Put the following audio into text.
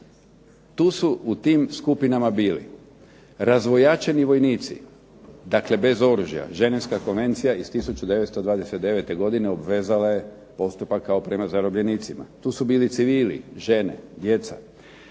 Tu su u tim skupinama bili razvojačeni vojnici, dakle bez oružja, Ženevska konvencija iz 1929. godine obvezala je postupak kao prema zarobljenicima. Tu su bili civili, žene, djeca,